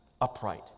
upright